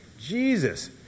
Jesus